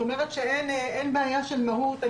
את אומרת שאין בעיה של מהות.